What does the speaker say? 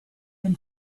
been